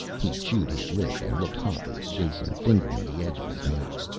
he chewed his lip and looked hotly at jason, fingering the edge of his knife.